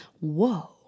whoa